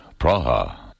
Praha